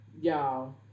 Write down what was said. y'all